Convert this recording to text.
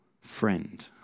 friend